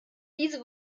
diese